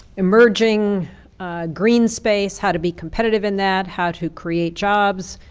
emerging green space, how to be competitive in that, how to create jobs,